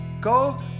Go